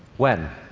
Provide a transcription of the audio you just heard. when?